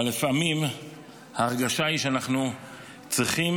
אבל לפעמים ההרגשה היא שאנחנו צריכים